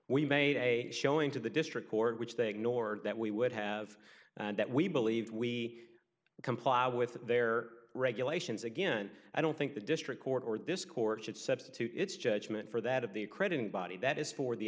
we made a showing to the district court which they ignored that we would have and that we believe we comply with their regulations again i don't think the district court or this court should substitute its judgment for that of the credit and body that is for the